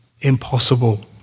impossible